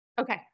Okay